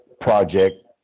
project